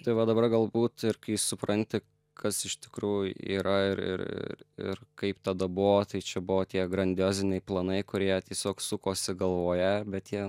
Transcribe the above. tai va dabar galbūt ir kai supranti kas iš tikrųjų yra ir ir ir kaip tada buvo tai čia buvo tie grandioziniai planai kurie tiesiog sukosi galvoje bet jie